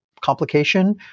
complication